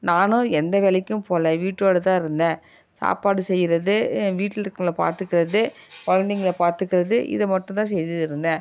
நானும் எந்த வேலைக்கும் போகல வீட்டோடு தான் இருந்தேன் சாப்பாடு செய்கிறது என் வீட்டில் இருக்கிறவங்கள பார்த்துக்கறது குழந்தைங்கள பார்த்துக்கறது இதை மட்டும் தான் செய்து இருந்தேன்